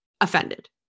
offended